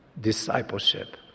discipleship